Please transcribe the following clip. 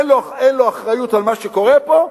אין לו אחריות למה שקורה פה,